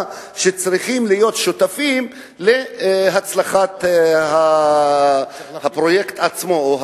שצריכות להיות שותפות להצלחת הפרויקט עצמו,